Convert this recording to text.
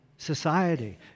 Society